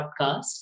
podcast